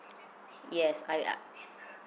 yes I will uh